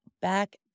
Back